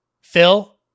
Phil